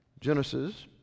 Genesis